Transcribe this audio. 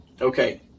Okay